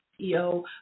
CEO